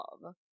Love